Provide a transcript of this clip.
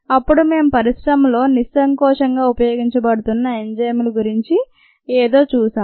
అప్పుడు మేము పరిశ్రమలో నిస్సంకోచంగా ఉపయోగించబడుతున్న ఎంజైములు గురించి ఏదో చూశాము